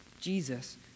Jesus